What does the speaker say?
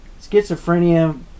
Schizophrenia